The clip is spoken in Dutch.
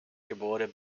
geboren